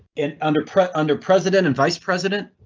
and under threat under president and vice president.